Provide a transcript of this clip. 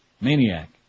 Maniac